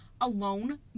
alone